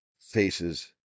faces